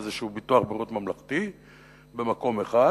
איזה ביטוח בריאות ממלכתי במקום אחד,